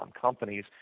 companies